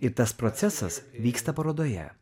ir tas procesas vyksta parodoje